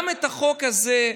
גם את החוק הזה,